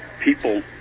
people